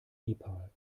nepal